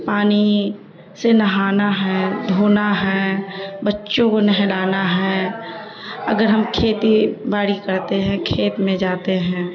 پانی سے نہانا ہے دھونا ہے بچوں کو نہلانا ہے اگر ہم کھیتی باڑی کرتے ہیں کھیت میں جاتے ہیں